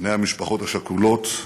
בני המשפחות השכולות,